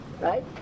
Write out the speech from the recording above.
right